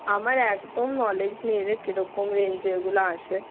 আমার একদম নলেজ নেই রে কি রকম রেঞ্জে ওগুলো আসে